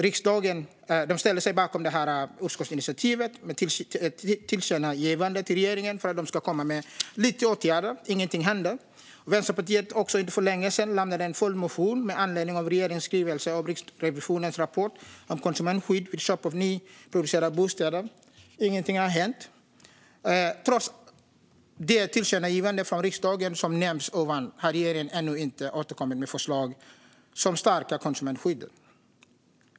Riksdagen ställde sig bakom detta utskottsinitiativ och riktade ett tillkännagivande till regeringen om att regeringen ska komma med åtgärder, men ingenting händer. Vänsterpartiet har också, för inte länge sedan, lämnat in en följdmotion med anledning av regeringens skrivelse om Riksrevisionens rapport om konsumentskydd vid köp av nyproducerade bostadsrätter, men ingenting har hänt. Trots det tillkännagivande från riksdagen som jag nämnde nyss har regeringen ännu inte återkommit med förslag som stärker konsumentskyddet.